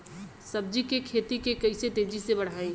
सब्जी के खेती के कइसे तेजी से बढ़ाई?